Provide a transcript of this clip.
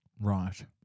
Right